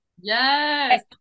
yes